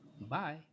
Bye